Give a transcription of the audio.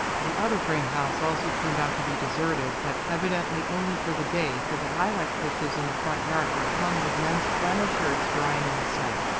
the other frame house also turned out to be deserted, but evidently only for the day, for the lilac bushes in the front yard were hung with men's flannel shirts drying in the sun.